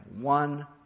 one